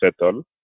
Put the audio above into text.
settle